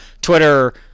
Twitter